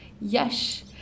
Yes